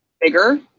bigger